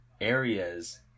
areas